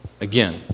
again